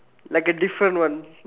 like a different one